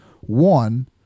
One